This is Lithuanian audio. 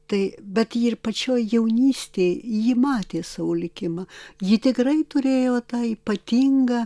tai bet ji ir pačioj jaunystėj ji matė savo likimą ji tikrai turėjo tą ypatingą